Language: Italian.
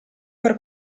per